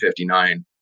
1959